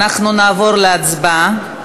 אנחנו נעבור להצבעה.